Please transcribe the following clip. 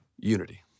Unity